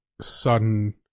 sudden